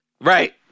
Right